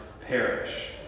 perish